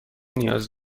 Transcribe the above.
نیاز